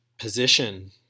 position